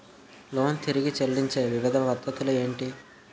Loan తిరిగి చెల్లించే వివిధ పద్ధతులు ఏంటి?